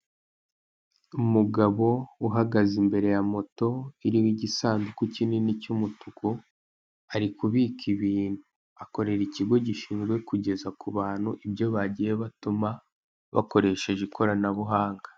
Umugabo uhagaze imbere ya moto iriho igisanduka kinini cy'umutuku ari kubika ibintu akorera ikigo gishinzwe kugeza ku bantu ibyo bagiye batuma bakoresheje ikoranabuhanga.